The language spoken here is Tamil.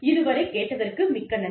இதுவரை கேட்டதற்கு மிக்க நன்றி